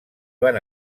van